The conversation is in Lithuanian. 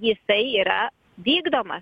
jisai yra vykdomas